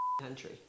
country